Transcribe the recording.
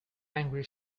angry